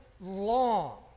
long